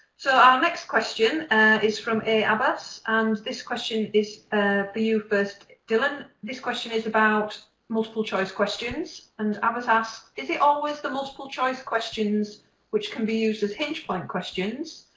so, our next question is from a abbas and this question is for you first dylan. this question is about multiple choice questions and abbas asks is it always the multiple choice questions which can be used as hinge point questions.